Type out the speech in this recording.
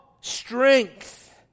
strength